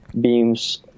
beams